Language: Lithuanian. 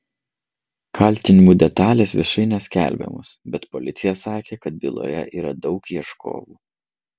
kaltinimų detalės viešai neskelbiamos bet policija sakė kad byloje yra daug ieškovų